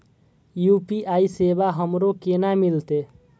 UPI सेवा हमरो केना मिलते?